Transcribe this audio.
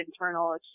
internal